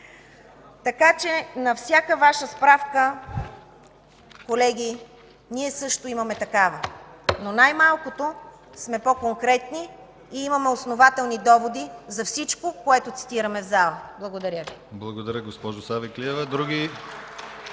Така че на всяка Ваша справка, колеги, ние също имаме такава. Но най-малкото сме по-конкретни и имаме основателни доводи за всичко, което цитираме в залата. Благодаря. (Ръкопляскания